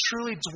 truly